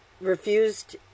refused